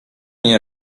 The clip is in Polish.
nie